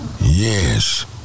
Yes